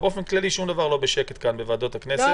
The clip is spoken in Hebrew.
באופן כללי שום דבר לא בשקט כאן בוועדות הכנסת,